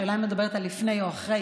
השאלה היא אם את מדברת על לפני או אחרי.